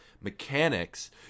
mechanics